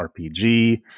RPG